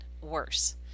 worse